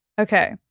Okay